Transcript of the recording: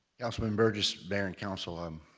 councilman burgess, mayor and council. um